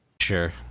Sure